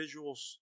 visuals